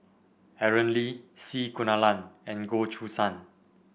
Aaron Lee C Kunalan and Goh Choo San